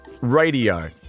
Radio